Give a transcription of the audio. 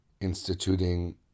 instituting